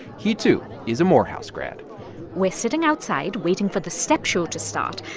he, too, is a morehouse grad we're sitting outside waiting for the step show to start,